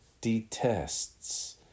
detests